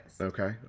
Okay